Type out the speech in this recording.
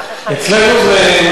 אצלנו זה נהוג.